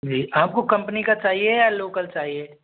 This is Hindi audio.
जी आपको कंपनी का चाहिए या लोकल चाहिए